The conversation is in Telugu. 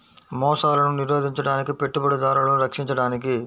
మోసాలను నిరోధించడానికి, పెట్టుబడిదారులను రక్షించడానికి